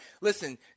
Listen